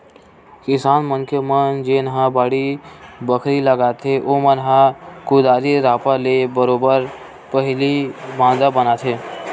किसान मनखे मन जेनहा बाड़ी बखरी लगाथे ओमन ह कुदारी रापा ले बरोबर पहिली मांदा बनाथे